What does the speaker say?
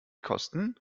kosten